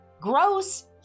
gross